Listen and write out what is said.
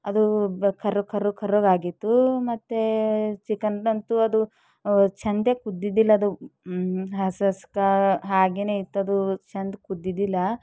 ಅದು ಕರಿ ಕರಿ ಕರ್ರಗಾಗಿತ್ತು ಮತ್ತು ಚಿಕನ್ದಂತೂ ಅದು ಚೆಂದಕ್ಕೆ ಇದ್ದಿದ್ದಿಲ್ಲ ಅದು ಹಸಿ ಹಸಿಗಾ ಹಾಗೇನೇ ಇತ್ತದು ಚೆಂದಕ್ಕೆ ಕುದ್ದಿದ್ದಿಲ್ಲ